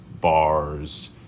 bars